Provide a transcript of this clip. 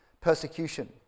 persecution